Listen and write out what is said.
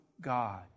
God